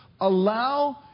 Allow